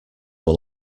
were